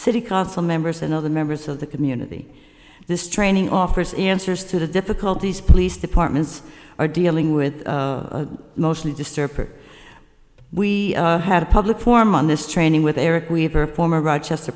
city council members and other members of the community this training offers answers to the difficulties police departments are dealing with emotionally disturbed or we had a public forum on this training with eric we have our former rochester